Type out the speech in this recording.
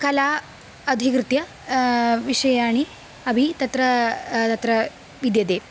कलाम् अधिकृत्य विषयाः अपि तत्र तत्र विद्यन्ते